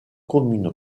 commune